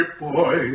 boy